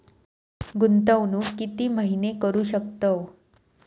गुंतवणूक किती महिने करू शकतव?